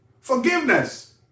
forgiveness